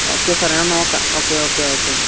okay sir ഞാൻ നോക്കാം okay okay okay